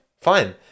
fine